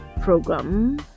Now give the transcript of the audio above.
program